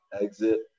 exit